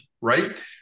right